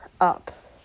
up